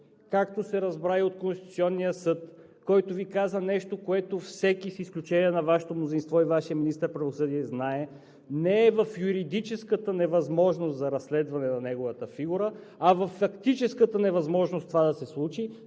както се разбра и от Конституционния съд, който Ви каза нещо, което всеки, с изключение на Вашето мнозинство и Вашия министър на правосъдието, знае, не е в юридическата невъзможност за разследване на неговата фигура, а във фактическата невъзможност това да се случи